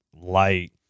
light